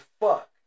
fuck